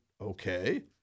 Okay